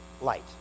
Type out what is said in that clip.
light